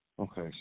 Okay